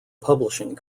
publishing